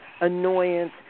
annoyance